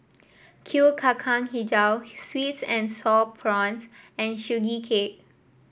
Kuih Kacang hijau sweet and sour prawns and Sugee Cake